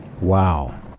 Wow